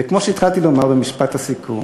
וכמו שהתחלתי לומר במשפט הסיכום,